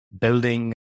building